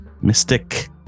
Mystic